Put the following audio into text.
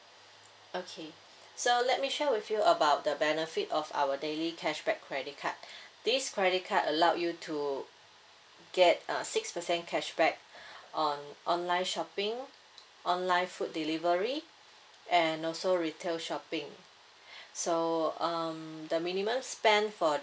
okay so let me share with you about the benefit of our daily cashback credit card this credit card allowed you to get uh six percent cashback on online shopping online food delivery and also retail shopping so um the minimum spend for